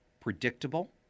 predictable